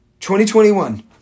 2021